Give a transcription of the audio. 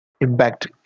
Impact